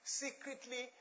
secretly